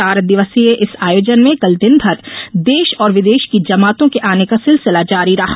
चार दिवसीय इस आयोजन में कल दिनभर देश और विदेश की जमातों के आने का सिलसिला जारी रहा